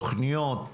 תוכניות,